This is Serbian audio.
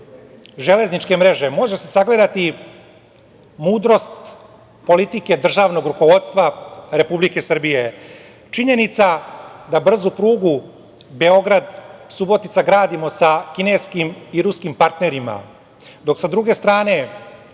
železničke mreže može se sagledati mudrost politike državnog rukovodstva Republike Srbije. Činjenica da brzu prugu Beograd-Subotica gradimo sa kineskim i ruskim partnerima, dok sa druge strane